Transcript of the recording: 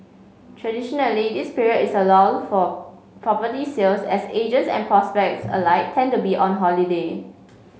traditionally this period is a lull for property sales as agents and prospects alike tend to be on holiday